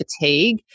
fatigue